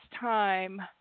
time